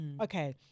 Okay